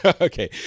Okay